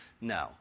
No